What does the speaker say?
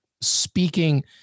speaking